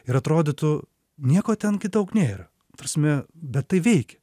ir atrodytų nieko ten daug nėra ta prasme bet tai veikia